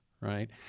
right